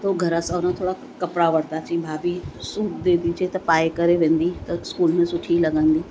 तो घरां सां थोरा कपिड़ा वठंदासीं भाभी सूट दे दीजिए त पाए करे वेंदी त स्कूल में सुठी लॻंदी